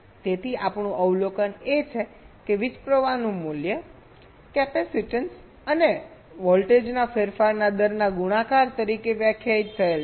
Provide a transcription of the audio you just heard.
તેથી આપણું અવલોકન એ છે કે વીજપ્રવાહનું મૂલ્ય કેપેસિટેન્સ અને વોલ્ટેજના ફેરફારના દરના ગુણાકાર તરીકે વ્યાખ્યાયિત થયેલ છે